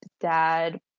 dad